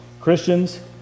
Christians